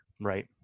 Right